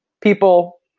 People